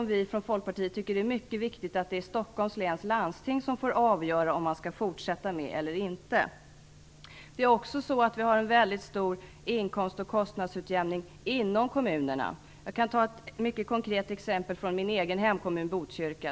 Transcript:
Vi i Folkpartiet tycker att det är mycket viktigt att Stockholms läns landsting självt får avgöra om man skall fortsätta med den eller inte. Vi har också en mycket stor inkomst och kostnadsutjämning inom kommunerna. Jag kan ta ett mycket konkret exempel från min egen hemkommun, Botkyrka.